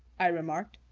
i remarked.